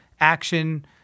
action